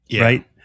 right